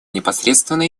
непосредственно